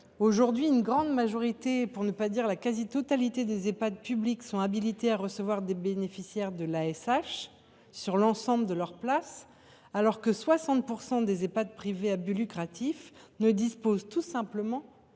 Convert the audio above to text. Aujourd’hui, la grande majorité, pour ne pas dire la quasi totalité, des Ehpad publics sont habilités à recevoir des bénéficiaires de l’aide sociale à l’hébergement sur l’ensemble de leurs places, alors que 60 % des Ehpad privés à but lucratif ne disposent tout simplement